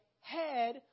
head